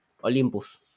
Olympus